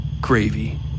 gravy